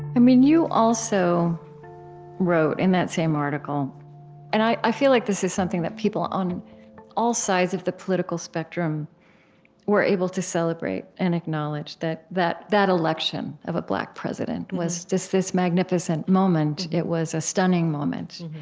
um you also wrote in that same article and i i feel like this is something that people on all sides of the political spectrum were able to celebrate and acknowledge that that that election of a black president was just this magnificent moment. it was a stunning moment.